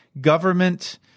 government